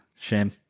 Shame